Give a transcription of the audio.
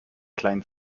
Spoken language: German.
kleinen